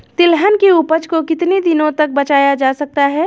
तिलहन की उपज को कितनी दिनों तक बचाया जा सकता है?